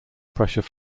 pressure